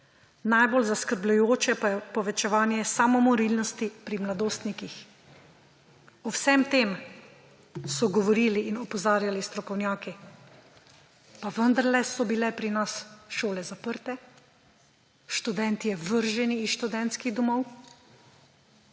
najbolj zaskrbljujoče pa je povečevanje samomorilnosti pri mladostnikih. O vsem tem so govorili in opozarjali strokovnjaki, pa vendarle so bile pri nas šole zaprte, študentje vrženi iz študentskih domov.